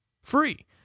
free